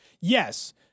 Yes